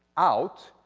out,